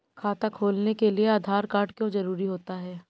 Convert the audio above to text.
खाता खोलने के लिए आधार कार्ड क्यो जरूरी होता है?